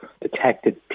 detected